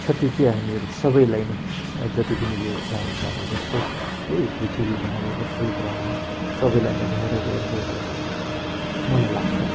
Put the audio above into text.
क्षति चाहिँ हामीहरू सबैलाई नै जति पनि यो प्लानेटमा हामी बस्छौँ है यो पृथ्वीमा हामी बस्छौँ यो ग्रहमा सबैलाई नै भएर गइरहेको मलाई लाग्छ